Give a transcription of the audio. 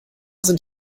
sind